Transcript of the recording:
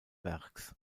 werks